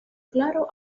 claro